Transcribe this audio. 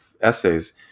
essays